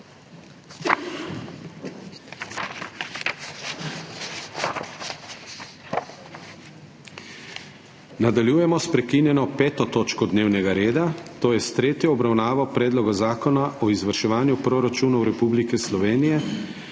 Nadaljujemo s **prekinjeno 5. točko dnevnega reda, to je s tretjo obravnavo Predloga zakona o izvrševanju proračunov Republike Slovenije